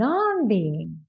Non-being